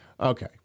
Okay